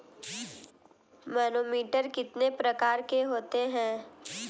Manometer कितने प्रकार के होते हैं?